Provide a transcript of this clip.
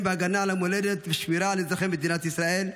בהגנה על המולדת ושמירה על אזרחי מדינת ישראל.